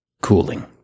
Cooling